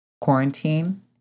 quarantine